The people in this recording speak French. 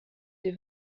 des